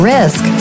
Risk